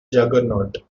juggernaut